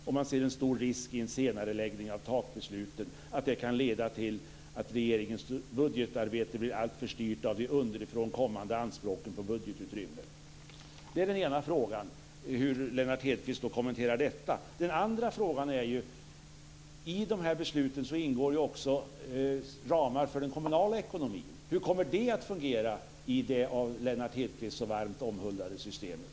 Riksbanken ser en risk i att en senareläggning av takbeslutet kan leda till att regeringens budgetarbete blir alltför styrt av de underifrån kommande anspråken på budgetutrymme." Det är min ena fråga, hur Lennart Hedquist kommenterar det. Den andra frågan är följande. I besluten ingår också ramar för den kommunala ekonomin. Hur kommer det att fungera i det av Lennart Hedquist så varmt omhuldade systemet?